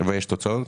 ויש תוצאות?